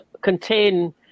contain